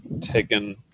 taken